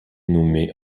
nommée